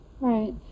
Right